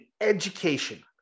education